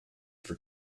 for